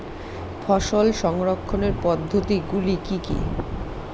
ফসল সংরক্ষণের পদ্ধতিগুলি কি কি?